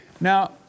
Now